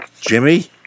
Jimmy